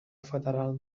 federal